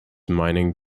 mining